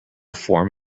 form